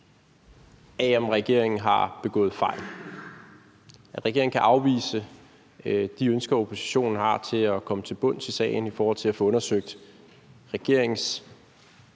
af, om regeringen har begået fejl – at regeringen kan afvise de ønsker, oppositionen har, om at komme til bunds i sagen i forhold til at få undersøgt regeringens